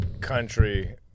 country